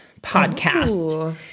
podcast